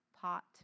pot